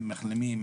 הם מחלימים,